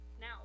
Now